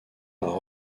par